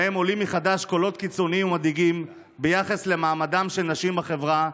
שבהם עולים מחדש קולות קיצוניים ומדאיגים ביחס למעמדן של נשים בחברה,